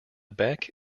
beck